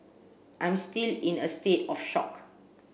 I'm still in a state of shock